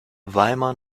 weimar